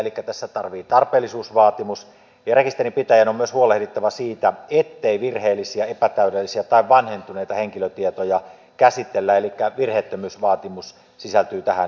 elikkä tässä tarvitaan tarpeellisuusvaatimus ja rekisterinpitäjän on myös huolehdittava siitä ettei virheellisiä epätäydellisiä tai vanhentuneita henkilötietoja käsitellä elikkä myöskin virheettömyysvaatimus sisältyy tähän